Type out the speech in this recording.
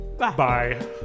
Bye